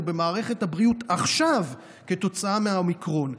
במערכת הבריאות עכשיו כתוצאה מהאומיקרון.